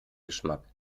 geschmack